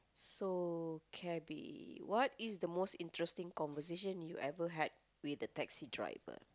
so cabby what is the most interesting conversation you ever had with a taxi driver